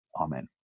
Amen